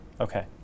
Okay